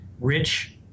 rich